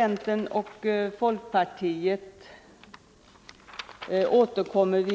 Centern och folkpartiet återkommer